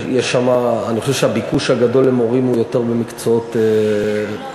אני חושב שהביקוש הגדול למורים הוא יותר במקצועות טכנולוגיים.